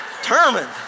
Determined